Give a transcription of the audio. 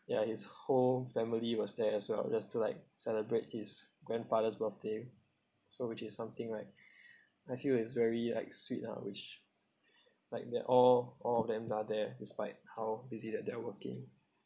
ya his whole family was there as well just to like celebrate his grandfather's birthday so which is something like I feel it's very like sweet ah which like they all all of them are there despite how busy that they're working